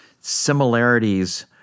similarities